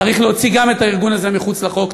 צריך להוציא גם את הארגון הזה מחוץ לחוק.